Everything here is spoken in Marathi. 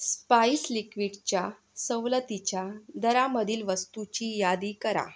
स्पाईस लिक्विडच्या सवलतीच्या दरांमधील वस्तूची यादी करा